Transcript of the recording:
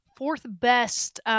fourth-best